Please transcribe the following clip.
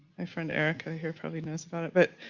my friend ericka here probably knows about it but,